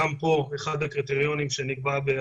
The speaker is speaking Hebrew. נכון מה נאמר על ידי נציג הסוכנות.